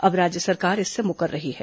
अब राज्य सरकार इससे मुकर रही है